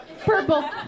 Purple